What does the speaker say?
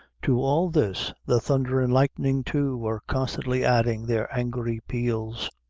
to all this, the thunder and lightning too, were constantly adding their angry peals,